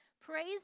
Praise